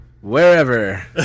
wherever